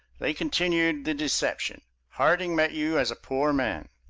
they continued the deception. harding met you as a poor man.